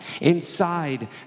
inside